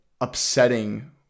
upsetting